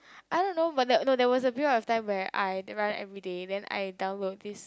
I don't know but there no there was a period of time where I run everyday then I download this